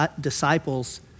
disciples